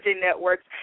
Networks